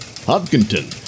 Hopkinton